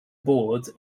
boards